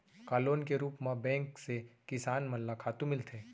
का लोन के रूप मा बैंक से किसान मन ला खातू मिलथे?